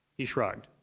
he shrugged.